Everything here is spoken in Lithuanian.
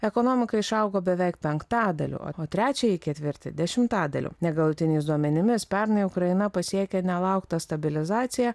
ekonomika išaugo beveik penktadaliu o trečiąjį ketvirtį dešimtadaliu negalutiniais duomenimis pernai ukraina pasiekė nelauktą stabilizaciją